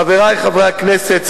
חברי חברי הכנסת,